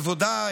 עבודה,